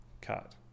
cut